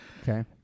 Okay